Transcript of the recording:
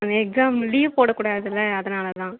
அவன் exam leave போடக்கூடாதில்ல அதனால் தான்